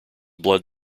blood